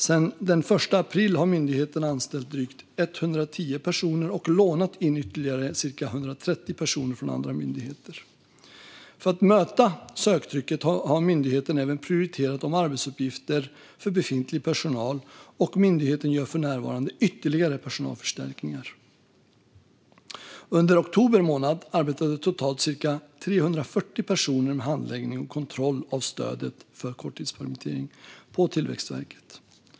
Sedan den 1 april har myndigheten anställt drygt 110 personer och lånat in ytterligare cirka 130 personer från andra myndigheter. För att möta söktrycket har myndigheten även prioriterat om arbetsuppgifter för befintlig personal, och myndigheten gör för närvarande ytterligare personalförstärkningar. Under oktober månad arbetade totalt cirka 340 personer med handläggning och kontroll av stödet för korttidspermittering på Tillväxtverket.